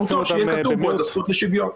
שיהיה כתוב הזכות לשוויון.